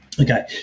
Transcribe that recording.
okay